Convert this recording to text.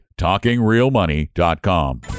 talkingrealmoney.com